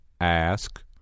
Ask